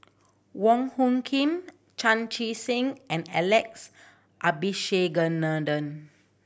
Wong Hung Khim Chan Chee Seng and Alex Abisheganaden